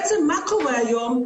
בעצם מה קורה היום?